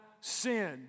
sin